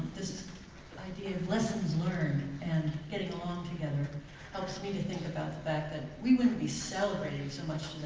this idea of lessons learned and getting along together helps me to think about the fact that we wouldn't be celebrating so much